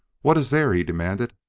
what is there? he demanded.